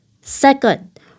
Second